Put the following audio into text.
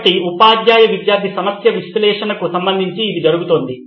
కాబట్టి ఉపాధ్యాయ విద్యార్థి సమస్య విశ్లేషణకు సంబంధించి ఇది జరుగుతోంది